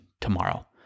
tomorrow